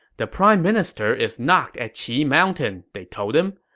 the prime minister is not at qi mountain, they told him.